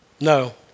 No